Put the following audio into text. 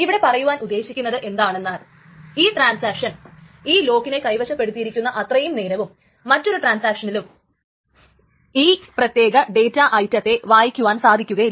ഇവിടെ പറയുവാൻ ഉദ്ദേശിക്കുന്നത് എന്തെന്നാൽ ഈ ട്രാൻസാക്ഷൻ ഈ ലോക്കിനെ കൈവശപ്പെടുത്തിയിരിക്കുന്ന അത്രയും നേരവും മറ്റൊരു ട്രാൻസാക്ഷനിലും ഈ പ്രത്യേക ഡേറ്റ ഐറ്റത്തെ വായിക്കുവാൻ സാധിക്കുകയില്ല